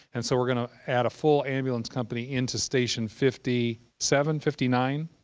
and so we're going to add a full ambulance company into station fifty seven fifty nine?